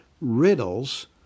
Riddles